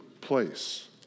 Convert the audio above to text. place